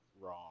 wrong